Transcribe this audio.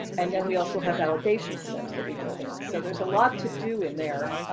and then we also have validation steps that we build in. so there's a lot to do in there.